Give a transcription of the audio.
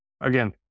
Again